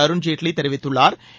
அருண்ஜேட்லி தெரிவித்துள்ளாா்